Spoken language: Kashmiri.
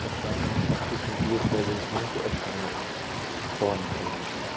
أسۍ چھِ آسان أسۍ تہِ چھِ نہٕ تیٖتۍ قٲبِل کِہیٖنٛۍ کہِ أسۍ کَرو پانہٕ سورُے کیٚنٛہہ